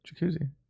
Jacuzzi